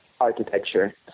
architecture